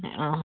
অঁ